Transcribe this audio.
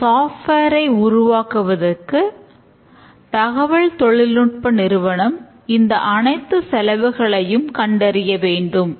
இந்த சாஃப்ட்வேர் ஐ உருவாக்கும் தகவல் தொழில்நுட்ப நிறுவனம் இந்த அனைத்து செலவுகளையும் கண்டறிய வேண்டும்